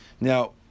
Now